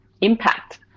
impact